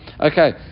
Okay